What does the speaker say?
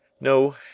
No